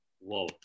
Wow